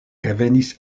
revenis